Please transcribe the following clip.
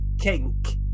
kink